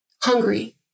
hungry